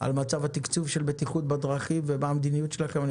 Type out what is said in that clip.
על מצב התקצוב של בטיחות בדרכים ומה המדיניות שלכם אני